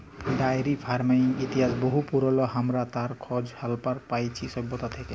diary ফার্মিংয়ের ইতিহাস বহু পুরল, হামরা তার খজ হারাপ্পা পাইছি সভ্যতা থেক্যে